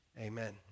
Amen